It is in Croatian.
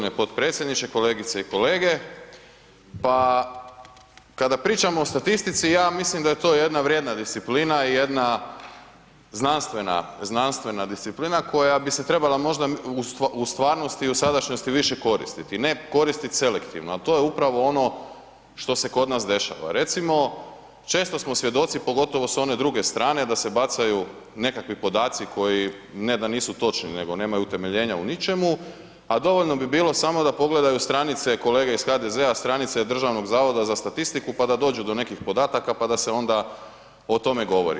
Hvala lijepo g. potpredsjedniče, kolegice i kolege, pa kada pričamo o statistici ja mislim da je to jedna vrijedna disciplina i jedna znanstvena, znanstvena disciplina koja bi se trebala možda u stvarnosti i u sadašnjosti više koristiti, ne koristit selektivno, a to je upravo ono što se kod nas dešava, recimo često smo svjedoci pogotovo s one druge strane da se bacaju nekakvi podaci koji ne da nisu točni, nego nemaju utemeljenja u ničemu, a dovoljno bi bilo samo da pogledaju stranice, kolege iz HDZ-a stranice Državnog zavoda za statistiku, pa da dođu do nekih podataka, pa da se onda o tome govori.